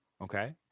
okay